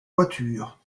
voiture